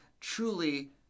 truly